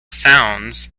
sounds